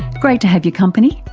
great to have your company,